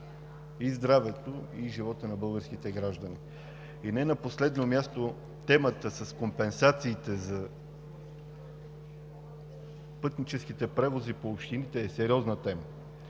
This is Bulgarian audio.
и здравето, и животът на българските граждани. И не на последно място, темата с компенсациите за пътническите превози по общините е сериозна. Има